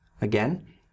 again